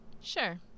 Sure